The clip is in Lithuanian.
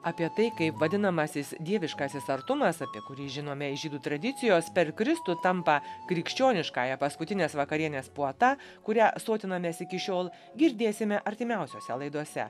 apie tai kaip vadinamasis dieviškasis artumas apie kurį žinome iš žydų tradicijos per kristų tampa krikščioniškąja paskutinės vakarienės puota kuria sotinamės iki šiol girdėsime artimiausiose laidose